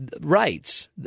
Rights